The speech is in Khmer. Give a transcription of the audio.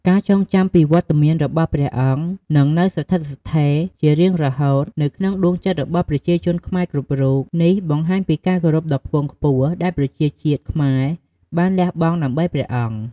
ការចងចាំពីវត្តមានរបស់ព្រះអង្គនឹងនៅស្ថិតស្ថេរជារៀងរហូតនៅក្នុងដួងចិត្តរបស់ប្រជាជនខ្មែរគ្រប់រូប នេះបង្ហាញពីការគោរពដ៏ខ្ពង់ខ្ពស់ដែលប្រជាជាតិខ្មែរបានលះបង់ដើម្បីព្រះអង្គ។